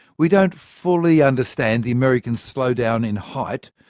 we don't fully understand the american slow-down in height,